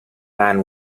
man